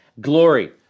glory